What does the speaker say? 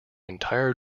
entire